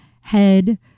head